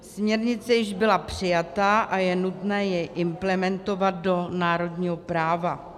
Směrnice již byla přijata a je nutné ji implementovat do národního práva.